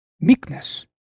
Meekness